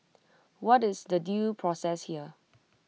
what is the due process here